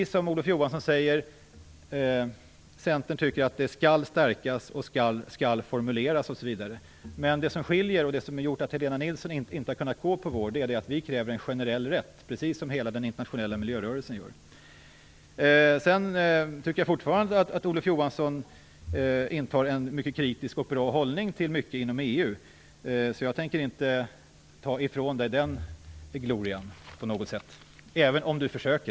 Som Olof Johansson säger, tycker Centern att det skall stärkas, skall formuleras osv. Det som skiljer oss åt och som gjort att Helena Nilsson inte kan gå på vårt förslag är att vi kräver en generell rätt, precis som hela den internationella miljörörelsen gör. Jag tycker fortfarande att Olof Johansson intar en kritisk och bra hållning till mycket inom EU. Jag tänker inte ta ifrån Olof Johansson den glorian.